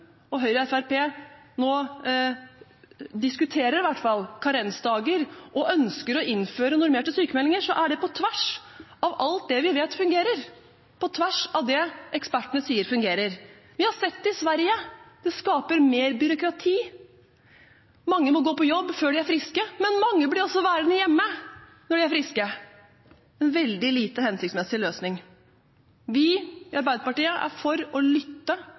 og Høyre og Fremskrittspartiet nå i hvert fall diskuterer karensdager og ønsker å innføre normerte sykmeldinger, er det på tvers av alt det vi vet fungerer, på tvers av det ekspertene sier fungerer. Vi har sett det i Sverige. Det skaper mer byråkrati. Mange må gå på jobb før de er friske, men mange blir også værende hjemme når de er friske. Det er en veldig lite hensiktsmessig løsning. Vi i Arbeiderpartiet er for å lytte